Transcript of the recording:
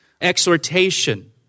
exhortation